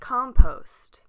Compost